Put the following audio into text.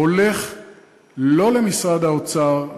הולך לא למשרד האוצר,